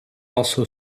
also